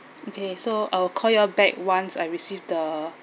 okay so I'll call you all back once I received the